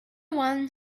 one